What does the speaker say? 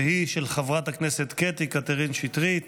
והיא של חברת הכנסת קטי קטרין שטרית